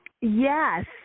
Yes